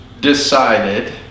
decided